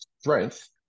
strength